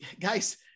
guys